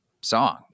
song